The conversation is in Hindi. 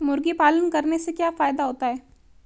मुर्गी पालन करने से क्या फायदा होता है?